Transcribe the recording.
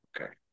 okay